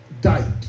died